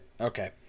Okay